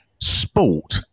Sport